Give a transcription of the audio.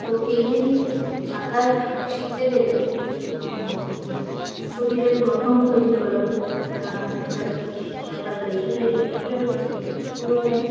তো এগুলি সাঁতার শিখতে গেলে শরীরের গঠন তৈরি করার একটা ব্যাপার রয়েছে তাই এটা হচ্ছে পুরোটাই